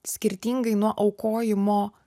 skirtingai nuo aukojimo